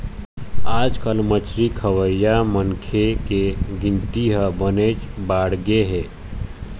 आजकाल मछरी खवइया मनखे के गिनती ह बनेच बाढ़गे हे